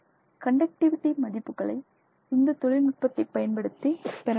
conductivity மதிப்புகளை இந்தத் தொழில்நுட்பத்தைப் பயன்படுத்தி பெற முடியும்